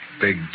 Big